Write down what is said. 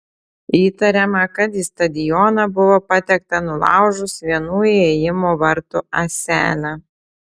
įtariama kad į stadioną buvo patekta nulaužus vienų įėjimo vartų ąselę